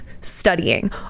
studying